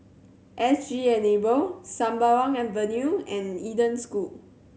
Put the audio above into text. S G Enable Sembawang Avenue and Eden School